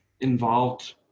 involved